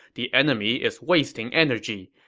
the enemy is wasting energy.